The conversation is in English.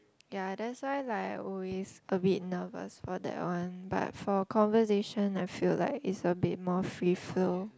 ya that's why like I always a bit nervous for that one but for conversation I feel like it's a bit more free flow